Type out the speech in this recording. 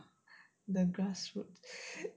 the grassroots